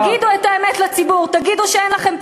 תגידו את האמת לציבור, תגידו שאין לכם פתרון,